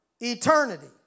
eternity